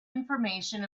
information